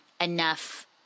enough